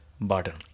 button